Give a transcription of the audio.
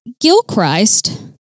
Gilchrist